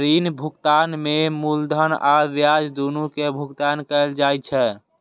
ऋण भुगतान में मूलधन आ ब्याज, दुनू के भुगतान कैल जाइ छै